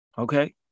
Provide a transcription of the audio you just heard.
Okay